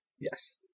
Yes